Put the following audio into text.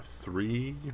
three